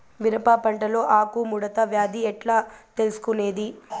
మిరప పంటలో ఆకు ముడత వ్యాధి ఎట్లా తెలుసుకొనేది?